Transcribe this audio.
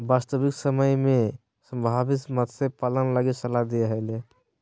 वास्तविक समय में संभावित मत्स्य पालन लगी सलाह दे हले